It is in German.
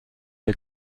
der